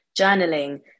journaling